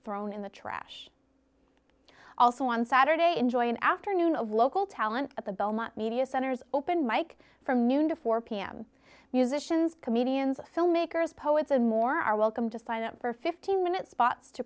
thrown in the trash also on saturday enjoy an afternoon of local talent at the belmont media centers open mike from noon to four pm musicians comedians filmmakers poets and more are welcome to sign up for a fifteen minute spots to